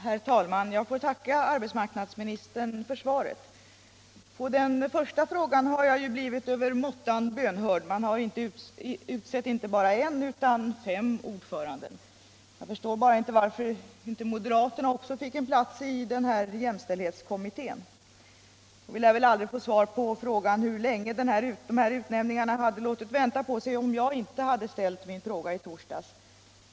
Herr talman! Jag får tacka arbetsmarknadsministern för svaret. På den första frågan har jag ju blivit övermåttan bönhörd; man har utsett inte bara en utan fem ordförande. Jag förstår bara inte varför inte moderaterna också fick en plats i kommittén. Och vi lär väl aldrig få svar på frågan hur länge de här utnämningarna hade låtit vänta på sig om jag inte hade ställt min fråga i torsdags.